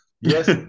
Yes